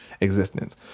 existence